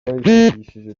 yifashishije